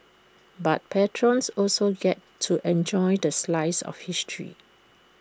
but patrons also get to enjoy the slice of history